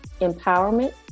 empowerment